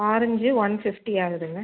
orange one fifty ஆகுதுங்க